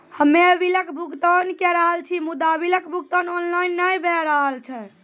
हम्मे बिलक भुगतान के रहल छी मुदा, बिलक भुगतान ऑनलाइन नै भऽ रहल छै?